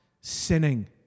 sinning